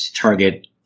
target